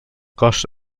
cos